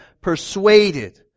persuaded